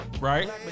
right